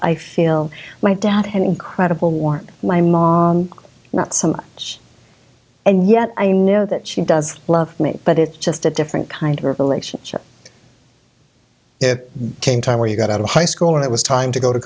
i feel my dad had incredible want my mom not so much and yet i know that she does love me but it's just a different kind of relationship it came time where you got out of high school and it was time to go to